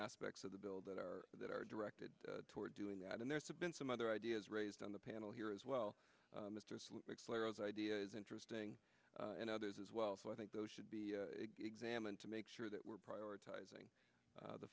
aspects of the bill that are that are directed toward doing that and there's been some other ideas raised on the panel here as well as ideas interesting and others as well so i think those should be examined to make sure that we're prioritizing